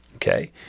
Okay